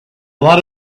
lot